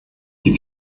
die